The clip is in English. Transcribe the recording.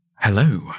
Hello